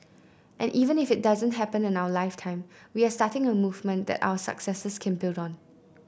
and even if it doesn't happen in our lifetime we are starting a movement that our successors can build on